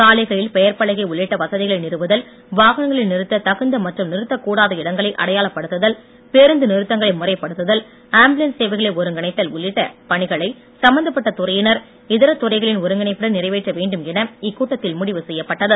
சாலைகளில் பெயர்பலகை உள்ளிட்ட வசதிகளை நிறுவுதல் வாகனங்களை நிறுத்த தகுந்த மற்றும் நிறுத்தக்கூடாத இடங்களை அடையாளப் படுத்துதல் பேருந்து நிறுத்தங்களை முறைப்படுத்துதல் ஆம்புலன்ஸ் சேவைகளை ஒருங்கிணைத்தல் உள்ளிட்ட பணிகளை சம்பந்தப்பட்ட துறையினர் இதர துறைகளின் ஒருங்கிணைப்புடன் நிறைவேற்ற வேண்டும் என இக்கூட்டத்தில் முடிவு செய்யப்பட்டது